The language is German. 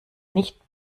nicht